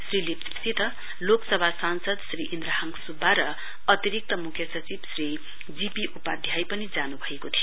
श्री लेप्चासित लोकसभा सांसद श्री इन्द्रहाङ सुब्बा र अतिरिक्त मुख्य सचिव श्री जी पी उपाध्याय पनि जानुभएको थियो